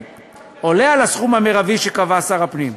עולה על הסכום המרבי שקבע שר הפנים.